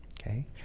Okay